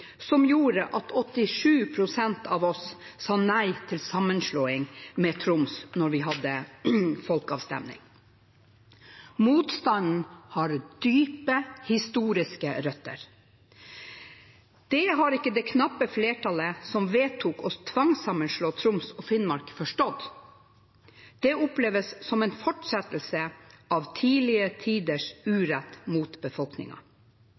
som gjorde at 87 pst. av oss sa nei til sammenslåing med Troms da vi hadde folkeavstemning. Motstanden har dype historiske røtter. Det har ikke det knappe flertallet som vedtok å tvangssammenslå Troms og Finnmark, forstått. Det oppleves som en fortsettelse av tidligere tiders urett mot